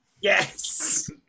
Yes